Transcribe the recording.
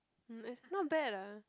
mm it's not bad ah